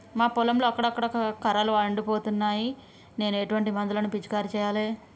మా పొలంలో అక్కడక్కడ కర్రలు ఎండిపోతున్నాయి నేను ఎటువంటి మందులను పిచికారీ చెయ్యాలే?